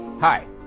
Hi